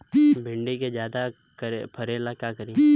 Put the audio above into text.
भिंडी के ज्यादा फरेला का करी?